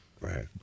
Right